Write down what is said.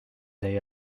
they